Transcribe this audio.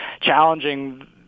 challenging